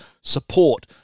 support